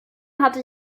hatte